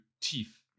teeth